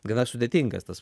gana sudėtingas tas